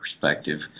perspective